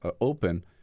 open